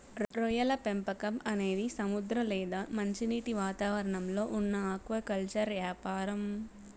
రొయ్యల పెంపకం అనేది సముద్ర లేదా మంచినీటి వాతావరణంలో ఉన్న ఆక్వాకల్చర్ యాపారం